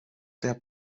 der